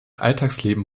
alltagsleben